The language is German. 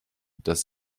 dass